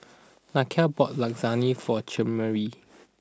Nakia bought Lasagne for Chimere